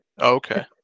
Okay